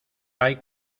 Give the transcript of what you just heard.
hay